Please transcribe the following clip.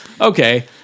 okay